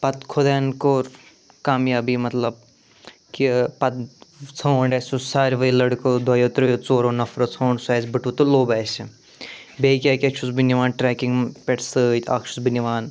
پَتہٕ خۄدایَن کوٚر کامیابی مطلب کہِ پتہٕ ژھونٛڈ اسہِ سُہ ساروٕے لٔڑکو دۄیو ترٛیٚیو ژورو نفرو ژھونٛڈ سُہ اسہِ بٔٹوٕ تہٕ لوٚب اسہِ بیٚیہِ کیٛاہ کیٛاہ چھُس بہٕ نِوان ٹرٛیٚکِنٛگ پٮ۪ٹھ سۭتۍ اَکھ چھُس بہٕ نِوان